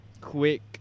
quick